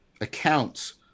accounts